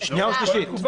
שנייה ושלישית.